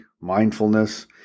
mindfulness